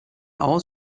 aus